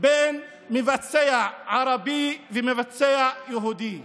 בין מבצע ערבי לבין מבצע יהודי.